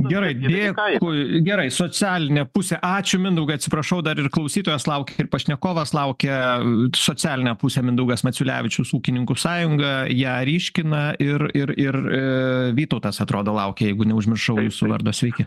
gerai dėkui gerai socialinė pusė ačiū mindaugai atsiprašau dar ir klausytojas laukia ir pašnekovas laukia socialinė pusė mindaugas maciulevičius ūkininkų sąjunga ją ryškina ir ir ir vytautas atrodo laukia jeigu neužmiršau jūsų vardo sveiki